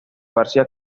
garcía